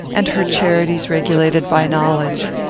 and her charities regulated by knowledge.